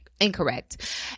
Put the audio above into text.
incorrect